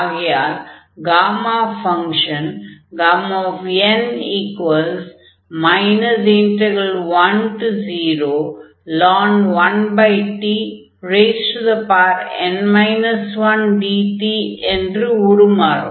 ஆகையால் gamma function n 10ln 1t n 1dt என்று உருமாறும்